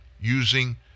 using